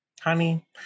Honey